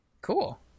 cool